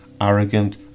arrogant